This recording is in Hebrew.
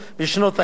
ועדת העבודה,